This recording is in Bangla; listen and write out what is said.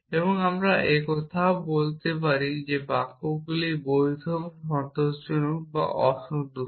এবং আমরা এখন এই বিষয়ে কথা বলতে পারি বাক্যগুলি বৈধ বা সন্তোষজনক বা অসন্তুষ্ট